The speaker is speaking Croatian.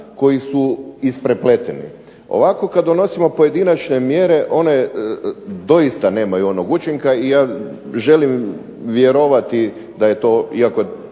koji su isprepleteni. Ovako kad donosimo pojedinačne mjere one doista nemaju onog učinka i ja želim vjerovati da je to, da